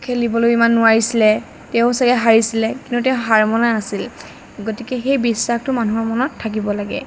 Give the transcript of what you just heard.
খেলিবলৈ ইমান নোৱাৰিছিলে তেওঁ চাগৈ হাৰিছিলে কিন্তু তেওঁ হাৰ মনা নাছিল গতিকে সেই বিশ্বাসটো মানুহৰ মনত থাকিব লাগে